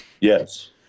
yes